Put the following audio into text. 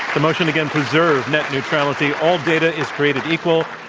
the motion again, preserve net neutrality all data is created equal.